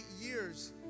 years